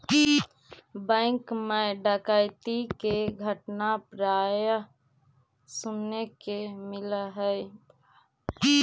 bank मैं डकैती के घटना प्राय सुने के मिलऽ हइ